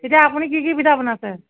এতিয়া আপুনি কি কি পিঠা বনাইছে